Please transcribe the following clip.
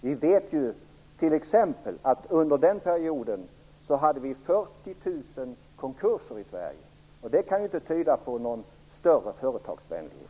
Vi vet t.ex. att vi under den perioden hade 40 000 konkurser i Sverige, och det kan ju inte tyda på någon större företagarvänlighet.